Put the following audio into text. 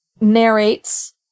narrates